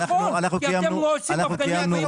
נכון, כי אתם לא עושים הפגנות.